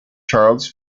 charles